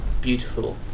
beautiful